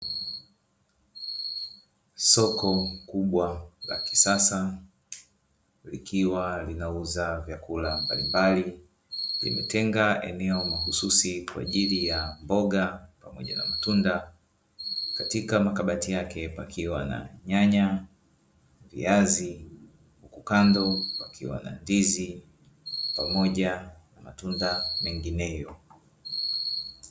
Soko kubwa la kisasa likiwa linauza vyakula mbalimbali. Limetenga eneo mahususi kwa ajili ya mboga pamoja na matunda. Katika makabati yake yamepakiwa na nyanya, viazi, huku kando pakiwa na ndizi pamoja na matunda mengineyo.